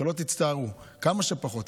שתצטערו כמה שפחות,